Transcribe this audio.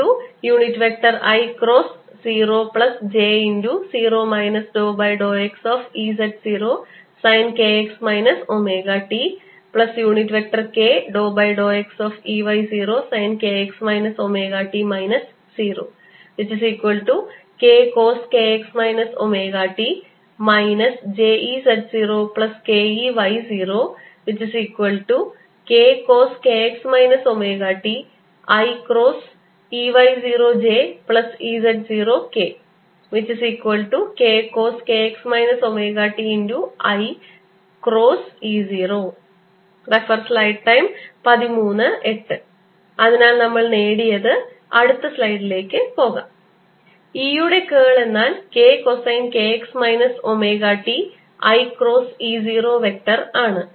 Ei×0j0 ∂xEz0sin kx ωt k∂xEy0sin kx ωt 0kcoskx ωt jEz0kEy0kcoskx ωt iEy0jEz0kkcoskx ωt iE0 അതിനാൽ നമ്മൾ നേടിയത് അടുത്ത സ്ലൈഡിലേക്ക് പോകാം E യുടെ കേൾ എന്നാൽ k cosine k x minus omega t i cross E 0 vector ആണ്